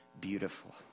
beautiful